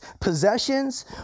possessions